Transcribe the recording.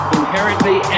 inherently